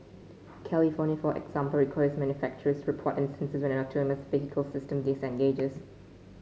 California for example requires manufacturers report instance when an autonomous vehicle system disengages